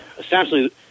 Essentially